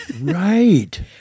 Right